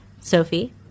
Sophie